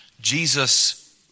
jesus